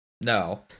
No